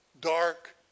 dark